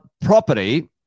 property